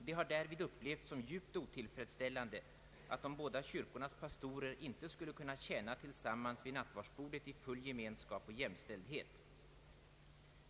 Det har härvid upplevts som djupt otillfredsställande att de båda kyrkornas pastorer inte skulle kunna tjäna tillsammans vid nattvardsbordet i full gemenskap och jämställdhet.